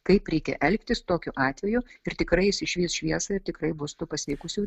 kaip reikia elgtis tokiu atveju ir tikrai jis išvys šviesą ir tikrai bus tų pasveikusiųjų